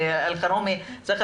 מה